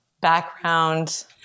background